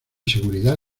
seguridad